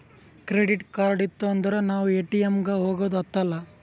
credit card ಇತ್ತು ಅಂದುರ್ ನಾವ್ ಎ.ಟಿ.ಎಮ್ ಗ ಹೋಗದ ಹತ್ತಲಾ